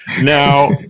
Now